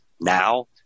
now